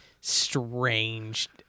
strange